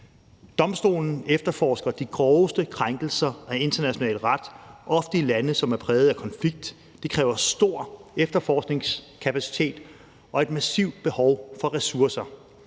Domstolen efterforsker de groveste krænkelser af international ret, ofte i lande, som er præget af konflikt. Det kræver stor efterforskningskapacitet og et massivt behov for ressourcer.